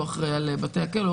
על בתי הכלא,